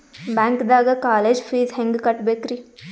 ಬ್ಯಾಂಕ್ದಾಗ college fees ಹೆಂಗ್ ಕಟ್ಟ್ಬೇಕ್ರಿ?